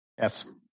Yes